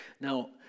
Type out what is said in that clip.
now